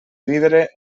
vidre